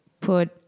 put